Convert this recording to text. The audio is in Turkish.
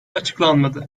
açıklanmadı